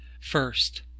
First